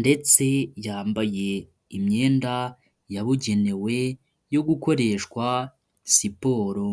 ndetse yambaye imyenda yabugenewe yo gukoreshwa siporo.